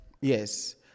yes